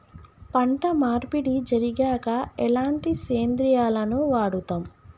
పంట మార్పిడి జరిగాక ఎలాంటి సేంద్రియాలను వాడుతం?